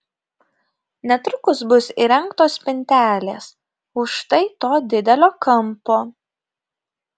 netrukus bus įrengtos spintelės už štai to didelio kampo